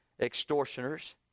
extortioners